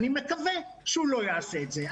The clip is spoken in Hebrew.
אני מקווה שהוא לא יעשה את זה,